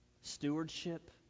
Stewardship